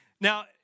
Now